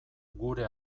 gure